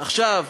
עכשיו,